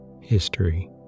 History